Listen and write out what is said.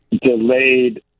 delayed